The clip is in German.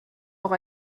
auch